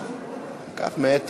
ייצוג עסקים